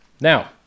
Now